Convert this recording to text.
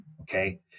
okay